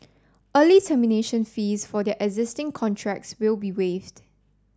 early termination fees for their existing contracts will be waived